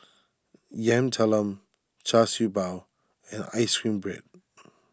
Yam Talam Char Siew Bao and Ice Cream Bread